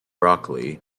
broccoli